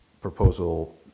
proposal